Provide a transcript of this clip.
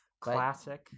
Classic